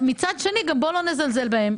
מצד שני, גם בואו לא נזלזל בהם.